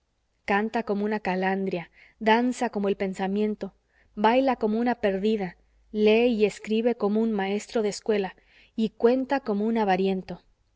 canta como una calandria danza como el pensamiento baila como una perdida lee y escribe como un maestro de escuela y cuenta como un avariento